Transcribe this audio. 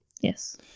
yes